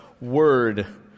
Word